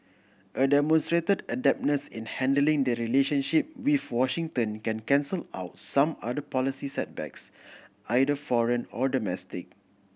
a demonstrated adeptness in handling the relationship with Washington can cancel out some other policy setbacks either foreign or domestic